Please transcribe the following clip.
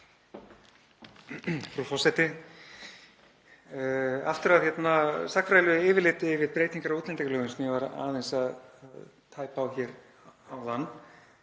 Frú forseti. Aftur að sagnfræðilegu yfirliti yfir breytingar á útlendingalögum sem ég var aðeins að tæpa á hér áðan.